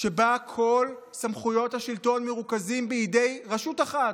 שבה כל סמכויות השלטון מרוכזות בידי רשות אחת,